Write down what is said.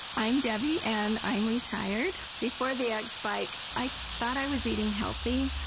i am debbie and i am retired. before the x-bike i thought i was eating healthy,